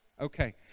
Okay